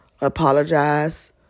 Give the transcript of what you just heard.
apologize